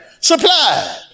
supply